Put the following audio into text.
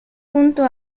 punto